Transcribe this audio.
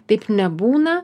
taip nebūna